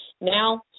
Now